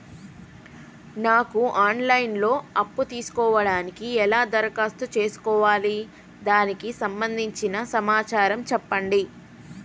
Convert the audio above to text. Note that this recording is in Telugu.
నాకు ఆన్ లైన్ లో అప్పు తీసుకోవడానికి ఎలా దరఖాస్తు చేసుకోవాలి దానికి సంబంధించిన సమాచారం చెప్పండి?